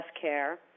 care